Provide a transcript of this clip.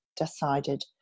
decided